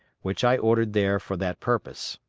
which i ordered there for that purpose.